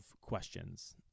questions